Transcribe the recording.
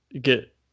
get